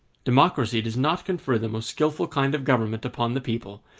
democracy does not confer the most skilful kind of government upon the people,